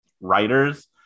writers